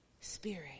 Spirit